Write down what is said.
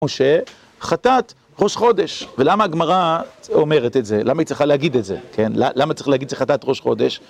משה חטאת ראש חודש, ולמה הגמרא אומרת את זה? למה היא צריכה להגיד את זה? למה צריכה להגיד שחטאת ראש חודש?